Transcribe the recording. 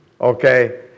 okay